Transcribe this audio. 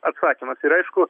atsakymas ir aišku